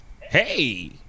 hey